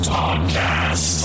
podcast